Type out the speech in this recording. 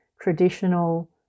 traditional